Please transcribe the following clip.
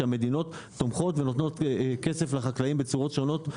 המדינות תומכות ונותנות כסף לחקלאים בצורות שונות.